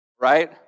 right